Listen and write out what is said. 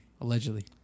allegedly